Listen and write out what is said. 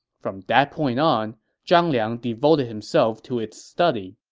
from that point on, zhang liang devoted himself to its study